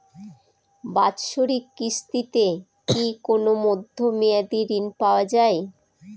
বাৎসরিক কিস্তিতে কি কোন মধ্যমেয়াদি ঋণ পাওয়া যায়?